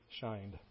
shined